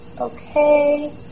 Okay